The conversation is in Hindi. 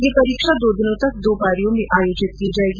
ये परीक्षा दो दिनों तक दो पारियों में आयोजित की जायेंगी